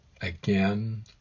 again